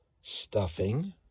stuffing